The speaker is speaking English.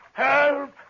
Help